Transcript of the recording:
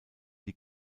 die